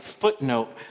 footnote